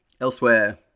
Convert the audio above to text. Elsewhere